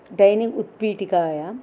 dining उत्पीठिकायां